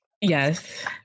yes